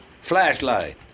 Flashlight